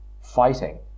fighting